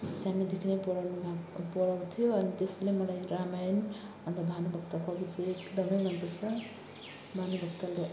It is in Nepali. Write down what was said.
सानैदेखि नै पढाउनु मन पढाउँथ्यो अनि त्यसले मलाई रामायण अन्त भानुभक्त कवि चाहिँ एकदम मन पर्छ भानुभक्तले